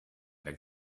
like